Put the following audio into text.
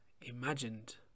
imagined